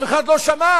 אף אחד לא שמע?